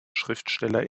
schriftsteller